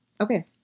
Okay